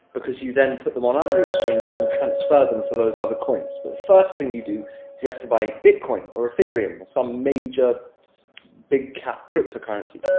because you then put them on other exchanges, and transfer them for those other coins. but the first thing you do, is you have to buy bitcoin, or ethereum, or some major big cap cryptocurrency.